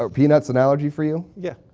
ah peanut's an allergy for you? yeah.